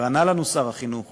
וענה לנו שר החינוך